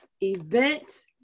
Event